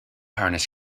harness